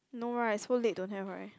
no [right] so late don't have [right]